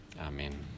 Amen